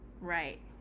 Right